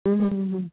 ਹਮ